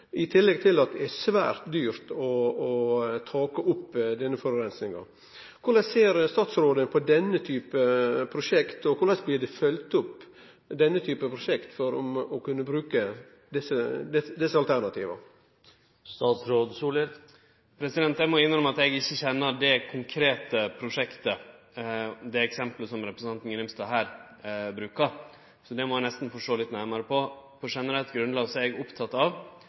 er svært dyrt å take opp denne forureininga. Korleis ser statsråden på denne type prosjekt, og korleis blir denne type prosjekt følgt opp for å kunne bruke desse alternativa? Eg må innrømme at eg ikkje kjenner det konkrete prosjektet – det eksemplet som representanten Grimstad her bruker. Det må eg nesten få sjå litt nærare på. På generelt grunnlag er eg oppteken av at det vi gjennomfører av opprydding, skal vere på eit fagleg solid grunnlag.